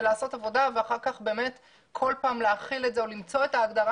זה לעשות עבודה ובכל פעם להחיל את זה או למצוא את ההגדרה